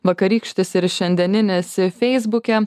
vakarykštis ir šiandieninis feisbuke